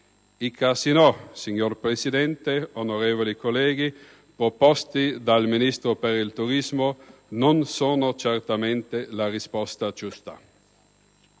stranieri. Signor Presidente, onorevoli colleghi, i casinò proposti dal Ministro per il turismo non sono certamente la risposta giusta.